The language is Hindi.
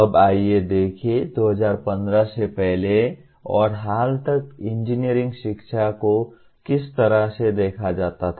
अब आइए देखें 2015 से पहले और हाल तक इंजीनियरिंग शिक्षा को किस तरह से देखा जाता था